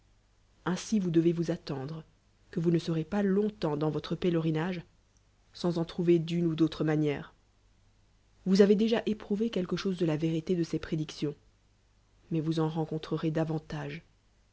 perséeiltions vous accompagneront ilinsi vous devezvous attendre que vous ne serez pas longtemps dans votre iélel'inage sansen trouver d'une ou d'autre manière vous avez déjà éprouvé quelque chose de la vérité de ces prédictions mais vous en rencontrerez